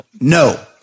no